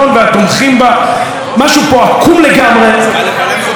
משהו פה עקום לגמרי, לא מובן לגמרי.